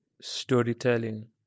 storytelling